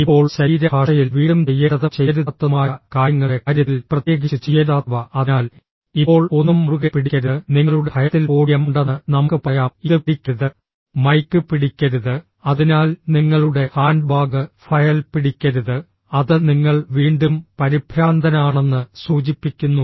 ഇപ്പോൾ ശരീരഭാഷയിൽ വീണ്ടും ചെയ്യേണ്ടതും ചെയ്യരുതാത്തതുമായ കാര്യങ്ങളുടെ കാര്യത്തിൽ പ്രത്യേകിച്ച് ചെയ്യരുതാത്തവ അതിനാൽ ഇപ്പോൾ ഒന്നും മുറുകെ പിടിക്കരുത് നിങ്ങളുടെ ഭയത്തിൽ പോഡിയം ഉണ്ടെന്ന് നമുക്ക് പറയാം ഇത് പിടിക്കരുത് മൈക്ക് പിടിക്കരുത് അതിനാൽ നിങ്ങളുടെ ഹാൻഡ്ബാഗ് ഫയൽ പിടിക്കരുത് അത് നിങ്ങൾ വീണ്ടും പരിഭ്രാന്തനാണെന്ന് സൂചിപ്പിക്കുന്നു